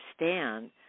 understand